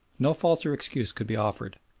no falser excuse could be offered.